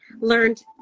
learned